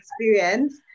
experience